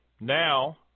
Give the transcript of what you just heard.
Now